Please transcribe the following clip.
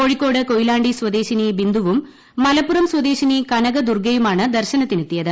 കോഴിക്കോട് കൊയിലാണ്ടി സ്വദേശിനി ബിന്ദുവും മലപ്പുറം സ്വദേശിനി കനക ദുർഗ്ഗയുമാണ് ദർശനത്തിനെത്തിയത്